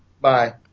Bye